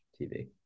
TV